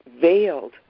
veiled